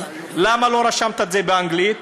למה לא רשמת את זה באנגלית?